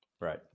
Right